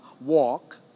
walk